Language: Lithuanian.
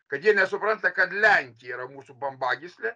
kad jie nesupranta kad lenkija yra mūsų bambagyslė